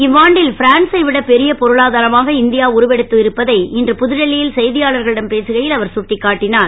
இவ்வாண்டில் பிரான்ஸை விட பெரிய பொருளாதாரமாக இந்தியா உருவெடுத்து இருப்பதை இன்று புதுடெல்லியில் செய்தியாளர்களிடம் பேசுகையில் அவர் சுட்டிக்காட்டினார்